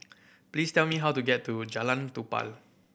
please tell me how to get to Jalan Tupai